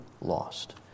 lost